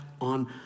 on